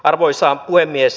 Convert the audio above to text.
arvoisa puhemies